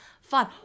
fun